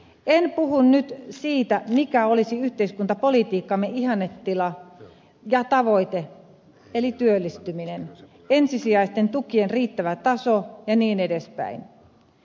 en puhu nyt siitä mikä olisi yhteiskuntapolitiikkamme ihannetila ja tavoite eli työllistyminen ensisijaisten tukien riittävä taso ja niin edelleen